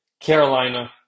Carolina